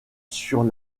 sur